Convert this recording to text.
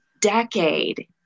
decade